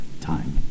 time